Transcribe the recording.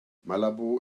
malabo